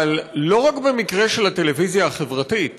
אבל לא רק במקרה של הטלוויזיה החברתית